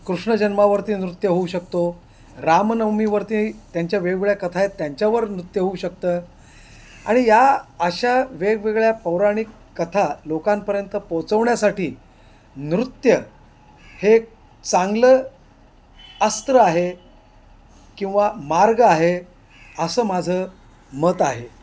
कृष्ण जन्मावरती नृत्य होऊ शकतो रामनवमीवरती त्यांच्या वेगवेगळ्या कथा आहे त्यांच्यावर नृत्य होऊ शकतं आणि या अशा वेगवेगळ्या पौराणिक कथा लोकांपर्यंत पोहचवण्यासाठी नृत्य हे एक चांगलं अस्त्र आहे किंवा मार्ग आहे असं माझं मत आहे